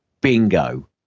bingo